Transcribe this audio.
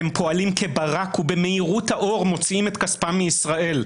הם פועלים כברק ובמהירות האור מוציאים את כספם מישראל.